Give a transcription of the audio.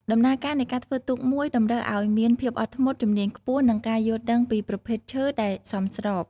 ដំណើរការនៃការធ្វើទូកមួយតម្រូវឲ្យមានភាពអត់ធ្មត់ ជំនាញខ្ពស់ និងការយល់ដឹងពីប្រភេទឈើដែលសមស្រប។